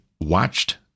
watched